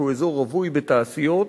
שהוא אזור רווי בתעשיות,